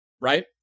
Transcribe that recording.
right